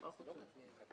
אני לא מכיר את התחום.